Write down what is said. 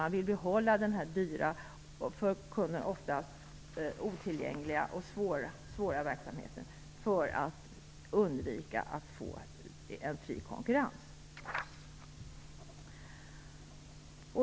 Man vill behålla denna dyra och för kunden oftast otillgängliga och svåra verksamhet för att undvika en fri konkurrens.